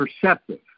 perceptive